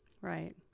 Right